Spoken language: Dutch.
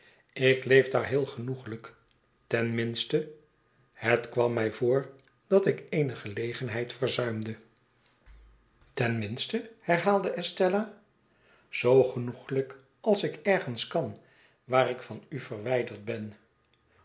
ik leef daar heel genoeglijk ten minste het kwam mij voor dat ik eene gelegenheid verzuimde ten minste herhaalde estella zoo genoeglijk als ik ergens kan waar ik van u verwijderd ben